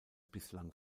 bislang